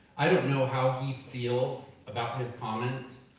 i don't know how he feels about his comment,